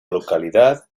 localidad